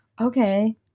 Okay